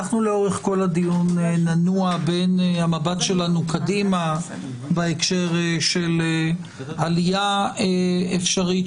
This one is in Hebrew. לאורך כל הדיון ננוע בין המבט שלנו קדימה בהקשר של עלייה אפשרית,